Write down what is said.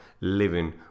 living